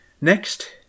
Next